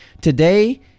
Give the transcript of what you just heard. today